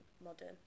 modern